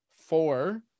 four